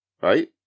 right